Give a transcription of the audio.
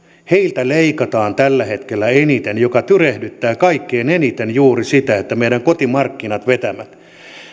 leikataan tällä hetkellä eniten mikä tyrehdyttää kaikkein eniten juuri sitä että meidän kotimarkkinat vetävät